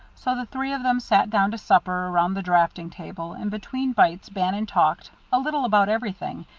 so the three of them sat down to supper around the draughting-table, and between bites bannon talked, a little about everything,